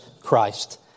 Christ